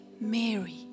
Mary